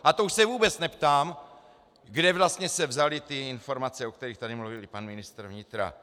A to už se vůbec neptám, kde vlastně se vzaly ty informace, o kterých tady mluvil i pan ministr vnitra.